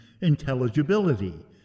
intelligibility